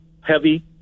heavy